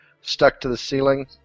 stuck-to-the-ceiling